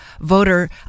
voter